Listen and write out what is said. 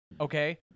okay